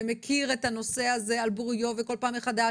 ומכיר את הנושא הזה על בוריו ובכל פעם מחדש